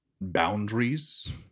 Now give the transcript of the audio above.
boundaries